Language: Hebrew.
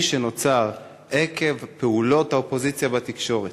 שנוצר עקב פעולות האופוזיציה והתקשורת.